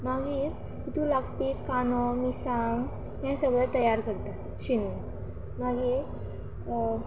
मागीर तातूंत लागपी कांदो मिरसांग हें सगळें तयार करता शिनून मागीर